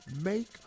make